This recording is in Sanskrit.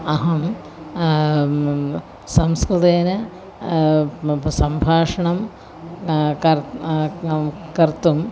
अहं संस्कृतेन सम्भाषणं कर्तुं कर्तुं